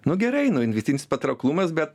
nuo gerai nu investicinis patrauklumas bet